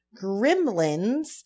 Gremlins